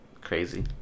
crazy